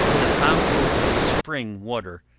the fountains of spring water,